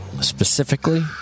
specifically